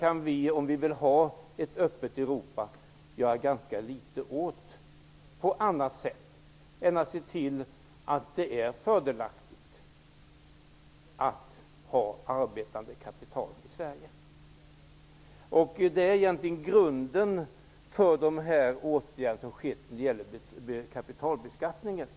Om vi vill ha ett öppet Europa kan vi göra litet åt detta, annat än att se till att det är fördelaktigt att ha arbetande kapital i Sverige. Detta är grunden för de åtgärder som har vidtagits när det gäller kapitalbeskattningen.